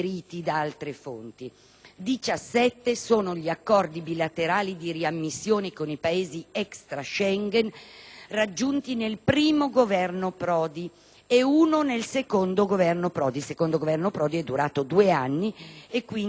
17 sono gli accordi bilaterali di riammissione con i Paesi *extra* Schengen, raggiunti nel primo Governo Prodi, e uno nel secondo Governo Prodi, durato due anni; quindi 17